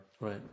Right